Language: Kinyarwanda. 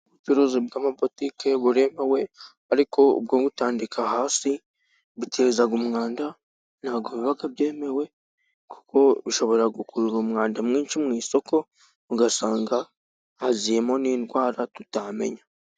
Ubucuruzi bw'amabutike buremewe, ariko ubwo gutandika hasi buteza umwanda; ntabwo yubaka byemewe kuko bishobora gukurura umwanda mwinshi mu isoko, ugasanga haziyemo n'indwara tutamenya.